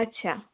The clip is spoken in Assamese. আচ্ছা